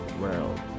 world